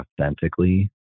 authentically